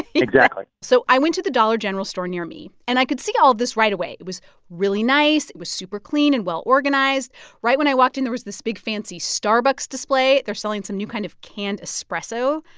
exactly so i went to the dollar general store near me, and i could see all this right away. it was really nice. it was super clean and well-organized. right when i walked in, there was this big, fancy starbucks display. they're selling some new kind of canned espresso.